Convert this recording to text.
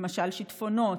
למשל שיטפונות,